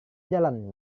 jalan